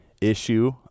issue